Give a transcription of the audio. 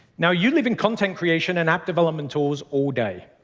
now you live in content creation and app development tools all day.